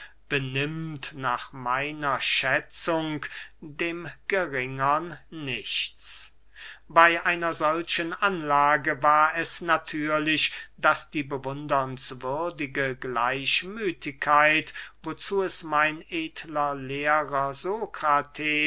benimmt nach meiner schätzung dem geringern nichts bey einer solchen anlage war es natürlich daß die bewundernswürdige gleichmüthigkeit wozu es mein edler lehrer